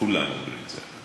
כולם אומרים את זה.